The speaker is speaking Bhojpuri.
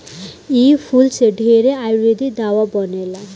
इ फूल से ढेरे आयुर्वेदिक दावा बनेला